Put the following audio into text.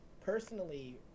Personally